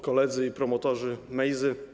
Koledzy i Promotorzy Mejzy!